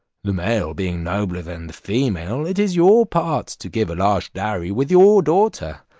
the male being nobler than the female, it is your part to give a large dowry with your daughter.